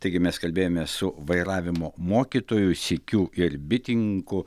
taigi mes kalbėjomės su vairavimo mokytoju sykiu ir bitininku